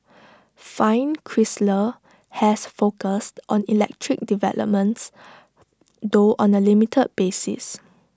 fiat Chrysler has focused on electric developments though on A limited basis